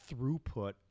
throughput